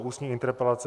Ústní interpelace